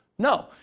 No